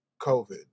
COVID